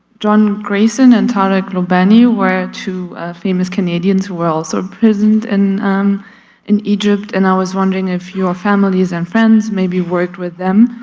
john greyson and tarek loubani were two famous canadians who were also imprisoned and in egypt and i was wondering if your families and friends maybe worked with them